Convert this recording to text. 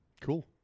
Cool